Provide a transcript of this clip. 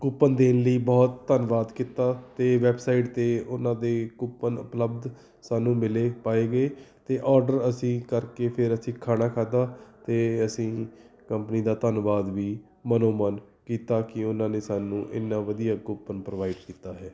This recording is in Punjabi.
ਕੂਪਨ ਦੇਣ ਲਈ ਬਹੁਤ ਧੰਨਵਾਦ ਕੀਤਾ ਅਤੇ ਵੈਬਸਾਈਟ 'ਤੇ ਉਹਨਾਂ ਦੇ ਕੂਪਨ ਉਪਲਬਧ ਸਾਨੂੰ ਮਿਲੇ ਪਾਏ ਗਏ ਅਤੇ ਔਡਰ ਅਸੀਂ ਕਰਕੇ ਫਿਰ ਅਸੀਂ ਖਾਣਾ ਖਾਧਾ ਅਤੇ ਅਸੀਂ ਕੰਪਨੀ ਦਾ ਧੰਨਵਾਦ ਵੀ ਮਨੋ ਮਨ ਕੀਤਾ ਕਿ ਉਹਨਾਂ ਨੇ ਸਾਨੂੰ ਇੰਨਾ ਵਧੀਆ ਕੂਪਨ ਪ੍ਰੋਵਾਈਡ ਕੀਤਾ ਹੈ